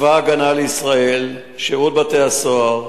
צבא-הגנה לישראל ושירות בתי-הסוהר.